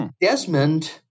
Desmond